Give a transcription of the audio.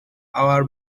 our